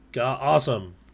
Awesome